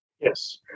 Yes